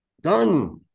Done